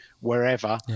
wherever